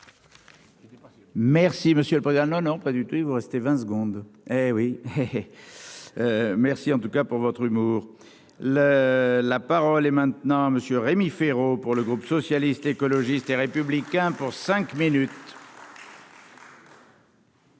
Merci monsieur le président, non, non, pas du tout, il vous restez 20 secondes hé oui. Merci en tout cas pour votre humour le la parole est maintenant monsieur Rémi Féraud, pour le groupe socialiste, écologiste et républicain pour cinq minutes.